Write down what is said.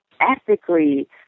ethically